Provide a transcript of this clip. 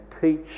teach